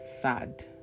sad